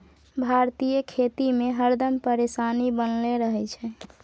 भारतीय खेती में हरदम परेशानी बनले रहे छै